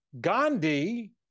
Gandhi